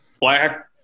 black